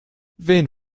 wen